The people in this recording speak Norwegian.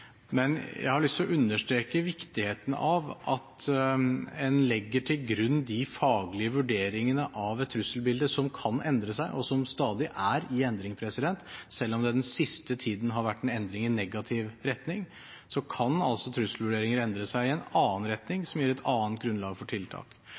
Men jeg har lyst til å understreke viktigheten av at en legger til grunn de faglige vurderingene av trusselbildet som kan endre seg, og som stadig er i endring. Selv om det den siste tiden har vært en endring i negativ retning, kan trusselbildet endre seg i en annen retning som gir et annet grunnlag for tiltak.